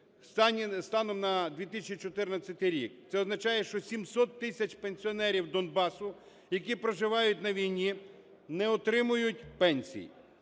станом на 2014 рік. Це означає, що 700 тисяч пенсіонерів Донбасу, які проживають на війні, не отримують пенсій.